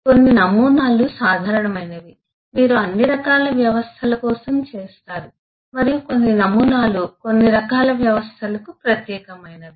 కొన్ని నమూనాలు సాధారణమైనవి మీరు అన్ని రకాల వ్యవస్థల కోసం చేస్తారు మరియు కొన్ని నమూనాలు కొన్ని రకాల వ్యవస్థలకు ప్రత్యేకమైనవి